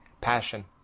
passion